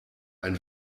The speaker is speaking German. ein